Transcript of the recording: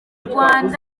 rwanda